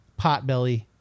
Potbelly